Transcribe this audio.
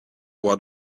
what